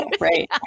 Right